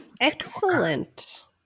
Excellent